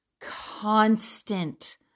constant